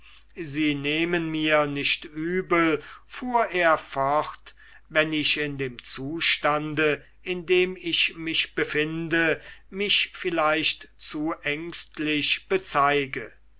sie nehmen mir nicht übel fuhr er fort wenn ich in dem zustande in dem ich mich befinde mich vielleicht zu ängstlich bezeige